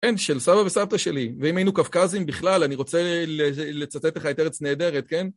כן, של סבא וסבתא שלי, ואם היינו קווקזים בכלל, אני רוצה לצטט לך את ארץ נהדרת, כן?